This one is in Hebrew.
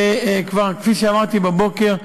וכפי שכבר אמרתי בבוקר,